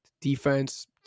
defense